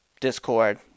discord